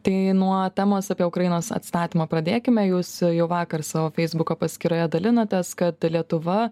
tai nuo temos apie ukrainos atstatymą pradėkime jūs jau vakar savo feisbuko paskyroje dalinotės kad lietuva